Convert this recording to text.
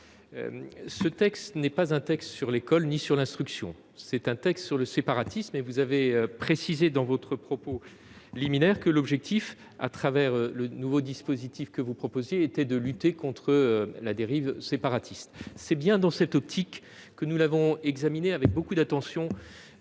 de loi ne porte ni sur l'école ni sur l'instruction. C'est un texte sur le séparatisme et- vous l'avez précisé dans votre propos liminaire -l'objectif du nouveau dispositif que vous proposez est de lutter contre la dérive séparatiste. C'est bien dans cette optique que nous l'avons examiné, avec beaucoup d'attention,